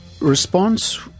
response